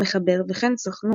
המחבר וכן סוכנו